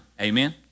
Amen